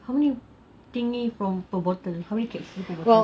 how many thingy from per bottle how many clicks per bottle